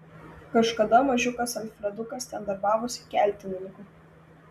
kažkada mažiukas alfredukas ten darbavosi keltininku